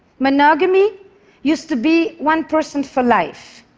monogamy used to be one person for life.